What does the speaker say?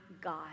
God